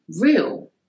real